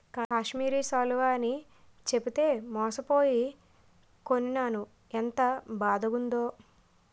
కాశ్మీరి శాలువ అని చెప్పితే మోసపోయి కొనీనాను ఎంత బాదగుందో